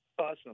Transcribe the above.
Awesome